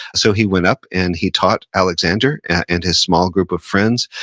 so, he went up and he taught alexander and his small group of friends.